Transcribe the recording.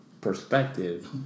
perspective